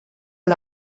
del